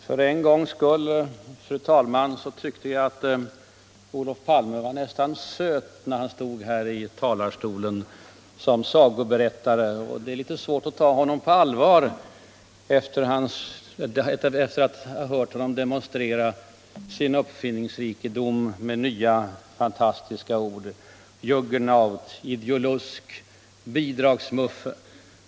Fru talman! För en gångs skull tyckte jag att Olof Palme var nästan ”söt”, när han stod här i talarstolen som sagoberättare. Det är svårt att ta honom på allvar efter att ha hört honom demonstrera sin uppfinningsrikedom med nya fantastiska ord: Juggernaut, ideolusk, bidragsmuffe.